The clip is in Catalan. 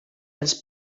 els